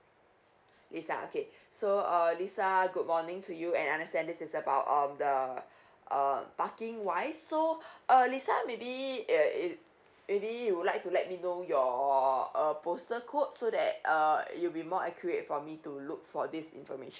lisa okay so err lisa good morning to you and I understand this is about um the uh parking wise so uh lisa maybe err maybe you yould like to let me know your uh postal code so that err it will be more accurate for me to look for this information